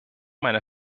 meiner